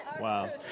Wow